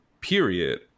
period